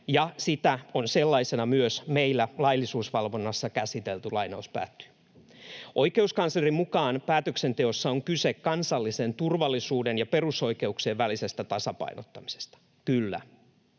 sitä on sellaisena myös meillä laillisuusvalvonnassa käsitelty.” Oikeuskanslerin mukaan päätöksenteossa on kyse kansallisen turvallisuuden ja perusoikeuksien välisestä tasapainottamisesta — kyllä.